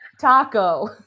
Taco